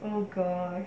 oh gosh